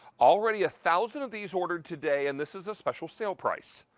already a thousand of these ordered today. and this is a special sale price.